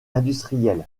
industriel